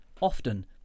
often